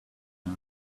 now